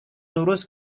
lurus